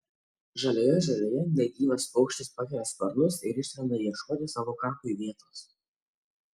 žalioje žolėje negyvas paukštis pakelia sparnus ir išskrenda ieškoti savo kapui vietos